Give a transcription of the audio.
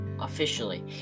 officially